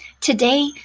Today